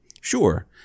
Sure